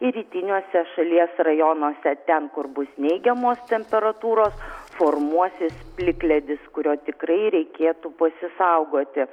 ir rytiniuose šalies rajonuose ten kur bus neigiamos temperatūros formuosis plikledis kurio tikrai reikėtų pasisaugoti